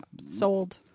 sold